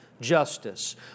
justice